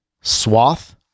swath